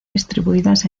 distribuidas